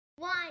One